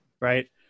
right